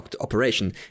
operation